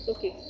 Okay